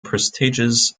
prestigious